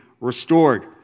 restored